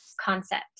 concept